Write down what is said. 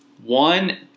One